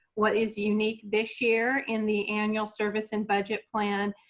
what is unique this year, in the annual service and budget plan,